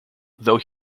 though